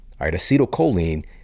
acetylcholine